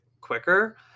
quicker